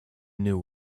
knew